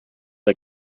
der